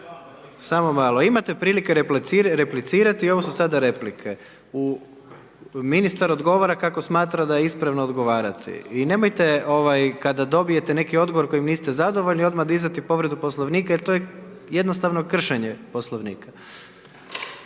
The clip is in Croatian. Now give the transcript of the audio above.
Samo malo, imate pravo replicirati, ovo su sada replike. Ministar odgovara kako smatra da je ispravno odgovarati. I nemojte kada dobijete neki odgovor s kojim zadovoljni odmah dizati povredu poslovnika jer to je jednostavno kršenje poslovnika.